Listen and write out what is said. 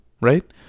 right